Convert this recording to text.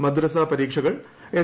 മദ്രസ പരീക്ഷകൾ എസ്